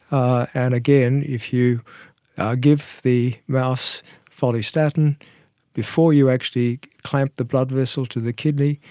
and again, if you give the mouse follistatin before you actually clamp the blood vessel to the kidney,